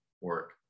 work